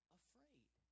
afraid